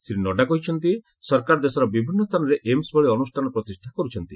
ଶ୍ରୀ ନଡ଼ୁ କହିଛନ୍ତି ସରକାର ଦେଶର ବିଭିନ୍ନ ସ୍ଥାନରେ ଏମ୍ସ୍ ଭଳି ଅନୁଷ୍ଠାନ ପ୍ରତିଷ୍ଠା କରୁଛନ୍ତି